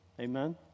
Amen